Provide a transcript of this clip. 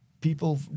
people